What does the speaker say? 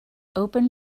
open